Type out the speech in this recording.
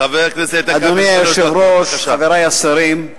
אדוני היושב-ראש, חברי השרים,